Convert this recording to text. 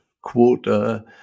quota